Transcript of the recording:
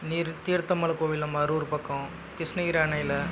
நீர் தீர்த்த மலைக்கோவில் நம்ம அரூர் பக்கம் கிருஷ்ணகிரி அணையில்